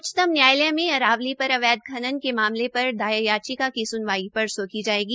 उच्चतम न्यायालय में अरावली खनन के मामले पर दायर याचिका की स्नवाई परसो की की जायेगी